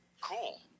cool